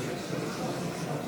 57 מתנגדים.